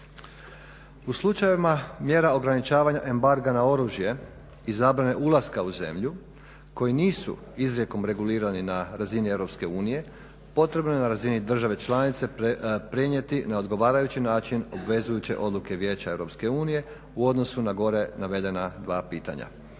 U slučajevima mjera ograničavanja embarga na oružje i zabrane ulaska u zemlju koji nisu izrijekom regulirani na razini EU, potrebno je na razini države članice prenijeti na odgovarajući način obvezujuće odluke Vijeća EU u odnosu na gore navedena dva pitanja.